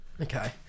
Okay